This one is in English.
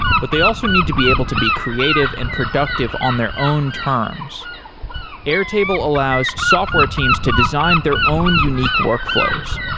but they also need to be able to be creative and productive on their own terms airtable allows software teams to design their own unique workflows.